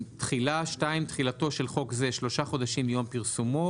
תחילה 2. תחילתו של חוק זה שלושה חודשים מיום פרסומו,